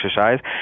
exercise